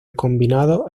combinados